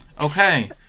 Okay